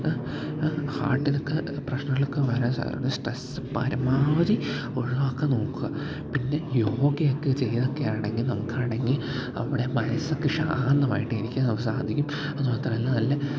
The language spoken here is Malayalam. ഹാർട്ടിനൊക്കെ പ്രശ്നങ്ങളൊക്കെ വരാന് സ്ട്രെസ് പരമാവധി ഒഴിവാക്കന് നോക്കുക പിന്നെ യോഗയൊക്കെ ചെയ്തൊക്കെ ആണെങ്കിൽ നമുക്ക് ആണെങ്കിൽ നമ്മുടെ മനസ്സൊക്കെ ശാന്തമായിട്ട് ഇരിക്കാന് നമുക്ക് സാധിക്കും അതു മാത്രമല്ല നല്ല